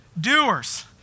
Doers